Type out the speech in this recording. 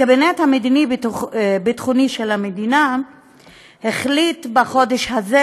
הקבינט המדיני-ביטחוני של המדינה החליט בחודש הזה